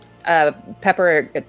Pepper